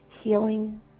healing